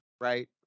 Right